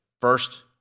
first